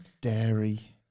Dairy